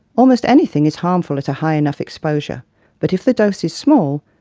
almost anything is harmful at a high enough exposure but if the dose is small,